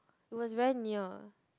it was very near